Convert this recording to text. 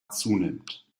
zunimmt